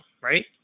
right